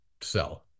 sell